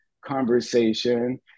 conversation